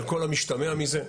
על כל המשתמע מזה.